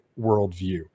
worldview